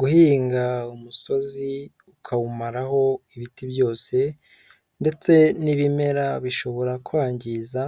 Guhinga umusozi ukawumaraho ibiti byose ndetse n'ibimera bishobora kwangiza